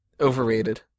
Overrated